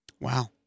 Wow